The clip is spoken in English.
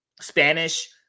spanish